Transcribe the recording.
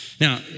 Now